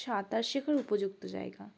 সাঁতার শেখার উপযুক্ত জায়গা